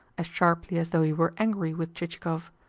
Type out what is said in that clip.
as sharply as though he were angry with chichikov.